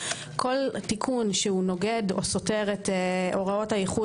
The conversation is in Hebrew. כל תיקון שנוגד או סותר את הוראות האיחוד